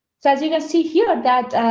so, as you can see here that,